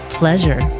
pleasure